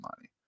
money